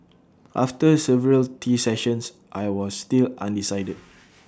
after several tea sessions I was still undecided